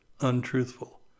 untruthful